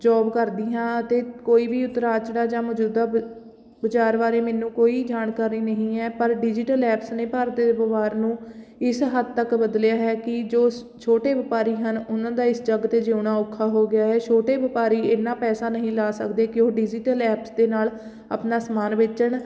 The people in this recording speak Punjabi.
ਜੋਬ ਕਰਦੀ ਹਾਂ ਅਤੇ ਕੋਈ ਵੀ ਉਤਰਾਅ ਚੜਾਅ ਜਾਂ ਮੌਜੂਦਾ ਬ ਵਿਚਾਰ ਬਾਰੇ ਮੈਨੂੰ ਕੋਈ ਜਾਣਕਾਰੀ ਨਹੀਂ ਹੈ ਪਰ ਡਿਜੀਟਲ ਐਪਸ ਨੇ ਭਾਰਤ ਦੇ ਵਪਾਰ ਨੂੰ ਇਸ ਹੱਦ ਤੱਕ ਬਦਲਿਆ ਹੈ ਕਿ ਜੋ ਛੋਟੇ ਵਪਾਰੀ ਹਨ ਉਹਨਾਂ ਦਾ ਇਸ ਜੱਗ 'ਤੇ ਜਿਉਣਾ ਔਖਾ ਹੋ ਗਿਆ ਹੈ ਛੋਟੇ ਵਪਾਰੀ ਇੰਨਾ ਪੈਸਾ ਨਹੀਂ ਲਾ ਸਕਦੇ ਕਿ ਉਹ ਡਿਜ਼ੀਟਲ ਐਪਸ ਦੇ ਨਾਲ ਆਪਣਾ ਸਮਾਨ ਵੇਚਣ